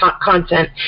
content